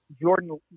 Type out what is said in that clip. Jordan